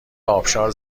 آبشار